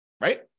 Right